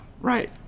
Right